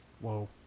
Whoa